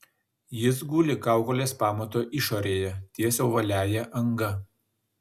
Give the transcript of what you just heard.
jis guli kaukolės pamato išorėje ties ovaliąja anga